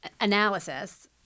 analysis